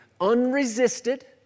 unresisted